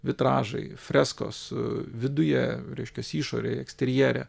vitražai freskos viduje reiškias išorėj eksterjere